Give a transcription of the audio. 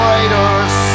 Raiders